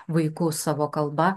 vaiku savo kalba